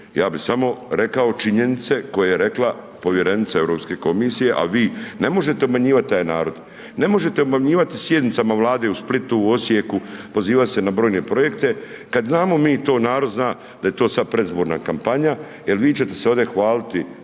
ja bi samo rekao činjenice koje je rekla povjerenica Europske komisije a vi ne možete obmanjivat taj narod, ne možete obmanjivati sjednicama Vlade u Splitu, Osijeku, pozivat se na brojne projekte kad znamo mi to, narod zna da je to sad predizborna kampanja, jer vi ćete se ovdje hvaliti,